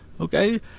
okay